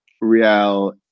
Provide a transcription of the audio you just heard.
Real